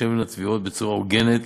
תיישבנה תביעות בצורה הוגנת